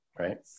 Right